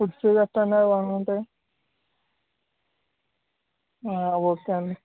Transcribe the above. foods ఎలా ఉంటాయి okay అండి